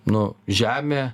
nu žemė